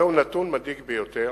זהו נתון מדאיג ביותר.